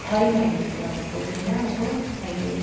छैन अहिले इक्जामहरू त छैन अब अहिले